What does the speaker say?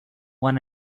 want